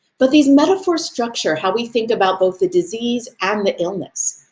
but these metaphors structure how we think about both the disease and the illness,